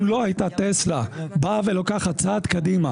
אם לא הייתה "טסלה" באה ולוקחת צעד קדימה